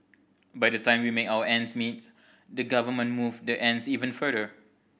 by the time we make out ends meet the government move the ends even further